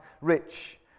rich